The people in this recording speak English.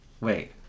wait